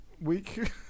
week